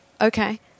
okay